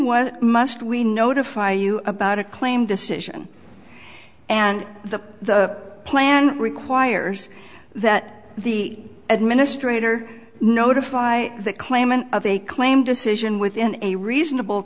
what must we notify you about a claim decision and the the plan requires that the administrator notify the claimant of a claim decision within a reasonable